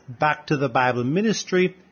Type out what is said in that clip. backtothebibleministry